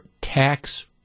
tax